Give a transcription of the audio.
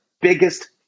biggest